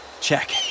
check